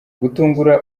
gutungura